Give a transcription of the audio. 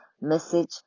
message